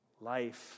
life